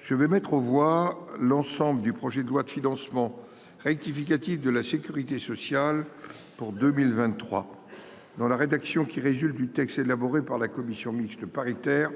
je vais mettre aux voix l'ensemble du projet de loi de financement rectificative de la sécurité sociale pour 2023 dans la rédaction résultant du texte élaboré par la commission mixte paritaire,